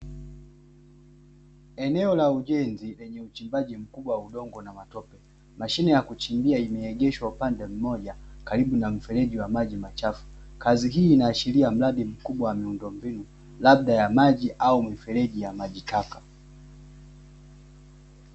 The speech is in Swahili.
Eneo la ujenzi lenye uchimbaji mkubwa wa udongo na matope. Mashine ya kuchimbia imeegeshwa upande mmoja karibu na mfereji wa maji machafu. Kazi hii inaashiria mradi mkubwa wa miundombinu labda ya maji au mifereji ya maji taka.